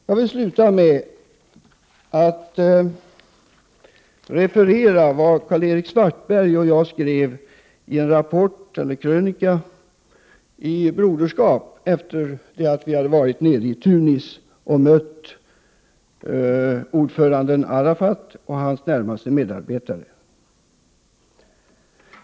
Jag vill sluta mitt anförande med att citera en del av vad Karl-Erik Svartberg och jag skrev i en krönika i tidningen Broderskap efter det att vi hade varit i Tunis och mött ordföranden Arafat och hans närmaste medarbetare.